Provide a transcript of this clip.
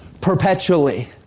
perpetually